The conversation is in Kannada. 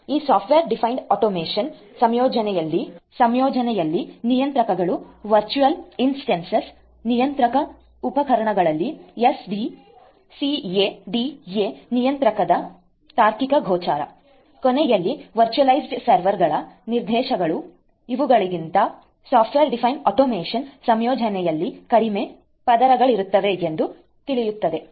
ಈ ಸಾಫ್ಟ್ವೇರ್ ಡಿಫೈನ್ಡ್ ಆಟೋಮೇಷನ್ ಸಂಯೋಜನೆಯಲ್ಲಿ ನಿಯಂತ್ರಕಗಳ ವರ್ಚುಯಲ್ ಇನ್ಸ್ಟಾನ್ಸಸ್ ನಿಯಂತ್ರಕ ಉಪಕರಣಗಳಲ್ಲಿನ S C A D A ನಿಯಂತ್ರಕದ ತಾರ್ಕಿಕ ಗೋಚಾರ ಕೊನೆಯಲ್ಲಿ ವರ್ಚುಯಲೈಜ್ಡ್ ಸರ್ವರ್ಗಳ ನಿದರ್ಶನಗಳು ಇವುಗಳಿಂದ ಸಾಫ್ಟ್ವೇರ್ ಡಿಫೈನ್ಡ್ ಆಟೋಮೇಷನ್ ಸಂಯೋಜನೆಯಲ್ಲಿ ಕಡಿಮೆ ಪದರಗಳಿರುತ್ತವೆ ಎಂದು ತಿಳಿಯುತ್ತದೆ